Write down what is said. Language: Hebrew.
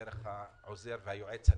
דרך העוזר והיועץ הנאמן.